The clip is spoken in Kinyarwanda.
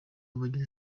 abagize